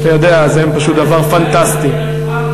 זה פשוט דבר פנטסטי.